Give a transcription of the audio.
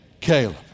Caleb